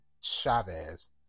Chavez